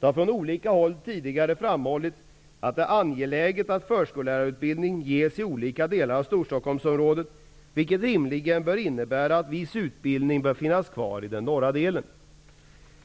Det har från olika håll tidigare framhållits att det är angeläget att förskollärarutbildning ges i olika delar av Stockholmsområdet, vilket rimligen bör innebära att viss utbildning bör finnas kvar i den norra delen.